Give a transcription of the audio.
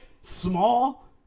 Small